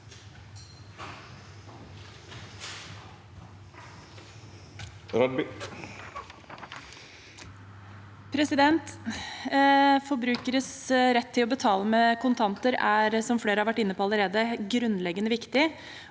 allerede, er forbrukeres rett til å betale med kontanter grunnleggende viktig.